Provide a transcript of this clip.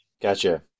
Gotcha